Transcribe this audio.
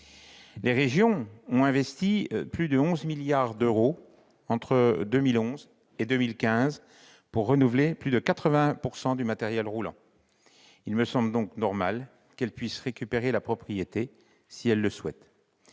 Les régions ont investi plus de 11 milliards d'euros, entre 2011 et 2015, pour renouveler plus de 80 % du matériel roulant ; il me semble donc normal qu'elles puissent en récupérer la propriété si elles le souhaitent.